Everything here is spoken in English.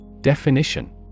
Definition